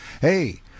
Hey